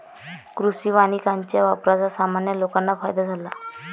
कृषी वानिकाच्या वापराचा सामान्य लोकांना फायदा झाला